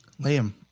Liam